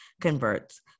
converts